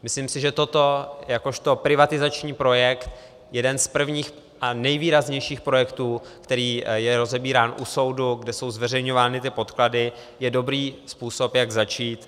Myslím si, že toto jakožto privatizační projekt, jeden z prvních a nejvýraznějších projektů, který je rozebírán u soudu, kde jsou zveřejňovány ty podklady, je dobrý způsob, jak začít.